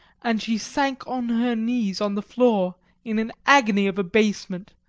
and she sank on her knees on the floor in an agony of abasement.